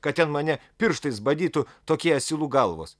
kad ten mane pirštais badytų tokie asilų galvos